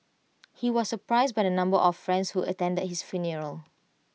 he was surprised by the number of friends who attended his funeral